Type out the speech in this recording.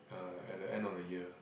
uh at the end of the year